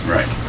Right